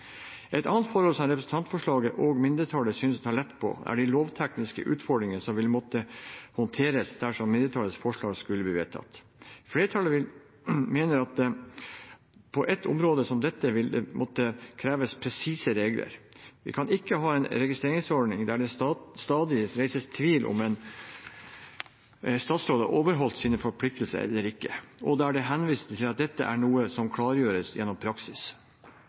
Et annet forhold som representantforslaget og mindretallet synes å ta lett på, er de lovtekniske utfordringer som vil måtte håndteres dersom mindretallets forslag skulle bli vedtatt. Flertallet mener at på et område som dette vil det måtte kreves presise regler. Vi kan ikke ha en registreringsordning der det stadig reises tvil om en statsråd har overholdt sine forpliktelser eller ikke, og der det henvises til at dette er noe som klargjøres gjennom praksis.